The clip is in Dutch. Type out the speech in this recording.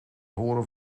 horen